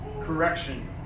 correction